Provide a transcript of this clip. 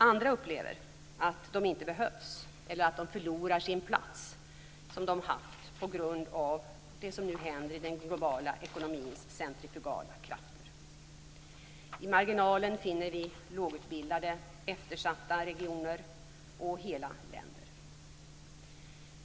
Andra upplever att de inte behövs eller att de förlorar den plats som de haft på grund av den globala ekonomins centrifugala krafter. I marginalen finner vi lågutbildade, eftersatta regioner och hela länder.